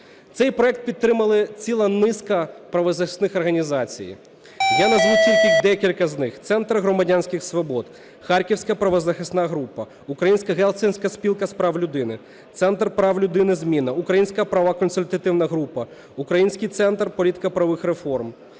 Цей проект підтримала ціла низка правозахисних організацій. Я назву тільки декілька з них: "Центр громадянських свобод", "Харківська правозахисна група", Українська Гельсінська спілка з прав людини, "Центр прав людини ZMINA", "Українська правова консультативна група", український Центр політико-правових реформ